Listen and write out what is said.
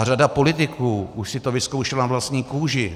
Řada politiků už si to vyzkoušela na vlastní kůži.